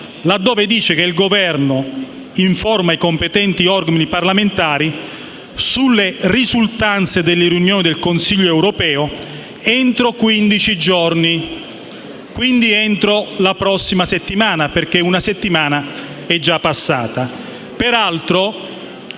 laddove prevede che il Governo informi i competenti organi parlamentari sulle risultanze delle riunioni del Consiglio europeo entro quindici giorni (quindi in questo caso entro la prossima settimana, atteso che una settimana è già passata).